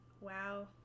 Wow